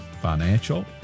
financial